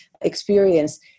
experience